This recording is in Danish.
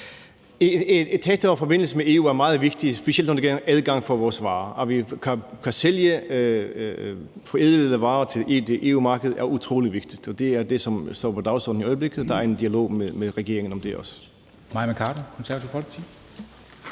En tættere forbindelse med EU er meget vigtig, specielt når det gælder adgang for vores varer. At vi kan sælge forædlede varer til EU-markedet er utrolig vigtigt. Det er det, som står på dagsordenen i øjeblikket. Der er også en dialog med regeringen om det.